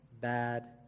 bad